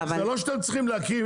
אם הייתם צריכים להקים,